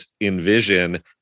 envision